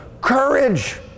courage